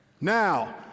Now